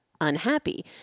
unhappy